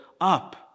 up